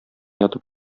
ятып